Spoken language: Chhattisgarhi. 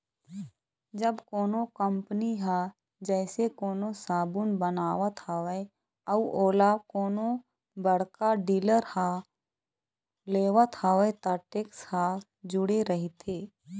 जब कोनो कंपनी ह जइसे कोनो साबून बनावत हवय अउ ओला कोनो बड़का डीलर ह लेवत हवय त टेक्स ह जूड़े रहिथे